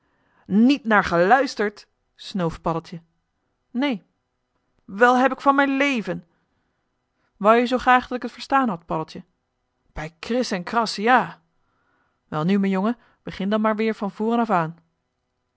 niet naar geluisterd snoof paddeltje neen wel heb ik van m'n leven wou je zoo graag dat ik t verstaan had paddeltje bij kris en kras ja welnu m'n jongen begin dan maar weer van voren af aan